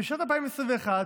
בשנת 2022,